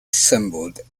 assembled